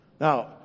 Now